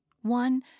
One